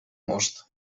most